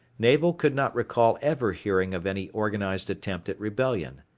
navel could not recall ever hearing of any organized attempt at rebellion.